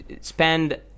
spend